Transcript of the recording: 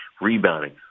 rebounding